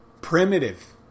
primitive